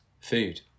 food